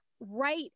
Right